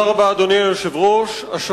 אדוני היושב-ראש, תודה רבה.